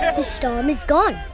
ah the storm is gone.